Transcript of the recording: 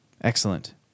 Excellent